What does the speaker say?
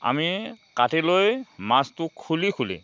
আমি কাটি লৈ মাজটো খুলি খুলি